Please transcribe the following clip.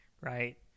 right